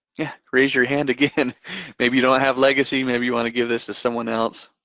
yeah, raise your hand again. maybe you don't have legacy. maybe you want to give this to someone else.